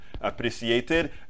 appreciated